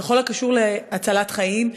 בכל הקשור להצלת חיים,